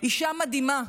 אישה מדהימה,